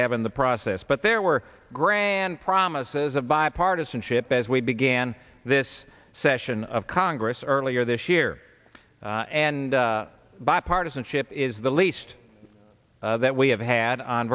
have in the process but there were grand promises of bipartisanship as we began this session of congress earlier this year and bipartisanship is the least that we have had on